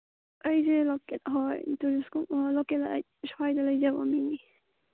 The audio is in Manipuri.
ꯑꯩꯁꯦ ꯂꯣꯀꯦꯠ ꯍꯣꯏ ꯂꯣꯀꯦꯜ ꯁ꯭ꯋꯥꯏꯗ ꯂꯩꯖꯕ ꯃꯤꯅꯤ